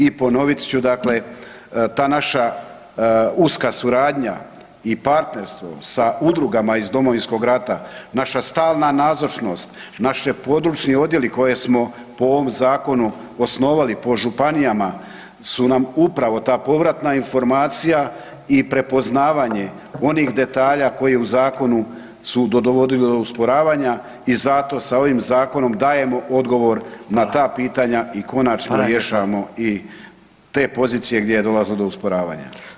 I ponovit ću dakle, ta naša uska suradnja i partnerstvo sa udrugama iz Domovinskog rata, naša stalna nazočnost, naši područni odjeli koje smo po ovom zakonu osnovali po županijama su nam upravo ta povratna informacija i prepoznavanje onih detalja koje u zakonu su dovodili do usporavanja i zato sa ovim zakonom dajemo odgovor na ta pitanja i konačno rješavamo i te pozicije gdje dolazi do usporavanja.